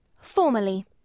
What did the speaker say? formally